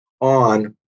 on